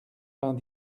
vingt